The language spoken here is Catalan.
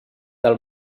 del